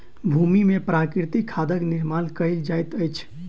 भूमि में प्राकृतिक खादक निर्माण कयल जाइत अछि